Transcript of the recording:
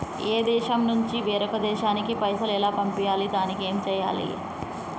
ఈ దేశం నుంచి వేరొక దేశానికి పైసలు ఎలా పంపియ్యాలి? దానికి ఏం చేయాలి?